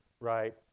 right